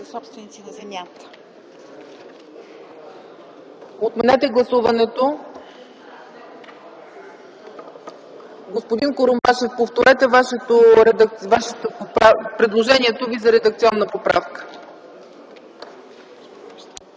госпожа Цецка Цачева.) Отменете гласуването. Господин Курумбашев, повторете предложението Ви за редакционна поправка.